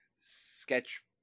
Sketch